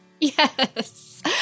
Yes